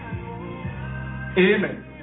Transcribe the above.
Amen